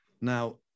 Now